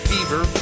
Fever